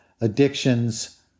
addictions